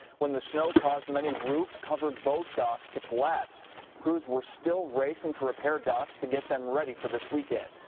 when the snow caused many roof covered boat docks to collapse. and crews were still racing to repair docks. to get them ready for this weekend.